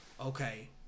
okay